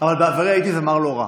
אבל בעברי הייתי זמר לא רע.